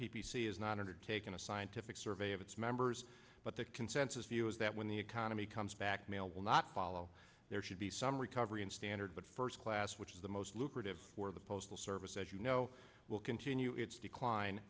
c is not undertaken a scientific survey of its members but the consensus view is that when the economy comes back mail will not follow there should be some recovery in standard but first class which is the most lucrative for the postal service as you know will continue its decline